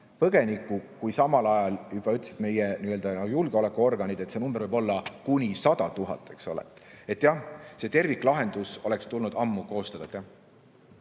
põgenikku, samal ajal ütlesid meie julgeolekuorganid, et see number võib olla kuni 100 000, eks ole. Jah, terviklahendus oleks tulnud ammu koostada.